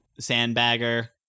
sandbagger